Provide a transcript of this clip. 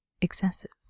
excessive